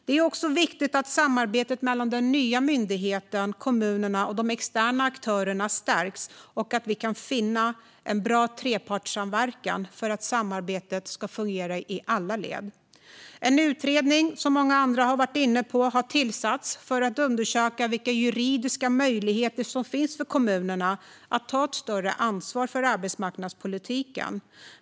Det är också viktigt att samarbetet mellan den nya myndigheten, kommunerna och de externa aktörerna stärks och att vi kan finna en bra trepartssamverkan för att samarbetet ska fungera i alla led. En utredning har tillsatts, som många andra har varit inne på, för att undersöka vilka juridiska möjligheter som finns för kommunerna att ta ett större ansvar för arbetsmarknadspolitiken.